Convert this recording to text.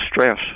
stress